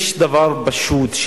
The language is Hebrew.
יש דבר פשוט.